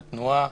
התנועה,